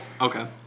Okay